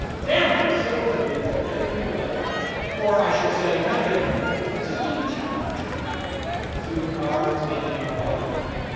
down those civil liberties for getting in the way or i should say not getting in that way but just being a challenge to are expanding our bottom line